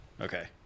okay